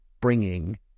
bringing